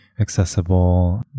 accessible